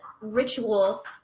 ritual